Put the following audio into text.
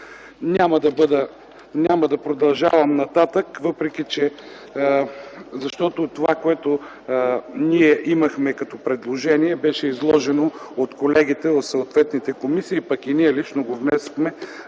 Няма да продължавам нататък, защото това, което ние имахме като предложение, беше изложено от колегите в съответните комисии, а пък и ние лично го внесохме